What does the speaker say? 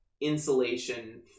insulation